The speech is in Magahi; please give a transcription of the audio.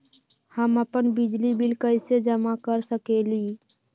हम अपन बिजली बिल कैसे जमा कर सकेली?